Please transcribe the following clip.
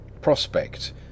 Prospect